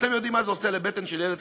אתם יודעים מה זה עושה לבטן של ילד קטן?